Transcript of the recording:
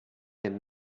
dem